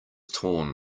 torn